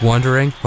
Wondering